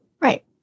right